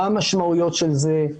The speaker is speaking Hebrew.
מה המשמעויות של זה,